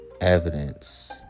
evidence